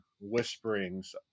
whisperings